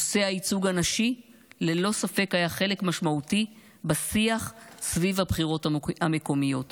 נושא הייצוג הנשי ללא ספק היה חלק משמעותי בשיח סביב הבחירות המקומיות.